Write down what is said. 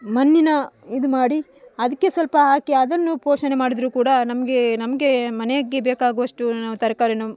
ಮಣ್ಣಿನ ಇದು ಮಾಡಿ ಅದಕ್ಕೆ ಸ್ವಲ್ಪ ಹಾಕಿ ಅದನ್ನು ಪೋಷಣೆ ಮಾಡಿದರು ಕೂಡ ನಮಗೆ ನಮಗೆ ಮನೆಗೆ ಬೇಕಾಗುವಷ್ಟು ನಾವು ತರಕಾರಿನ